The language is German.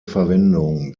verwendung